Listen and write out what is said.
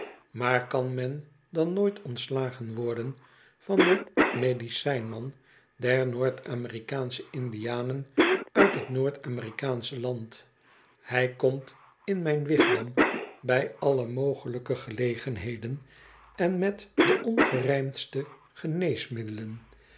maar kan men dan nooit ontslagen worden van den medicijn man der noord amcrikaansche indianen uit t noord amerikaansche land hij komt in mijn wigwam bij alle mogelijke gelegenheden en met de ongorijmdste geneesmiddelen